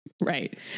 Right